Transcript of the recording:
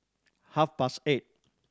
half past eight